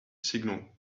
signal